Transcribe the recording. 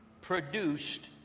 produced